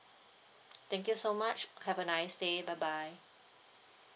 thank you so much have a nice day bye bye